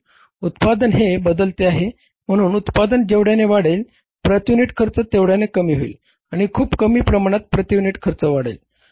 उत्पादन हे बदलते आहे म्हणून उत्पादन जेवढ्याने वाढेल प्रती युनिट खर्च तेवढ्याने कमी होईल आणि खूप कमी प्रमाणात प्रती युनिट खर्च वाढेल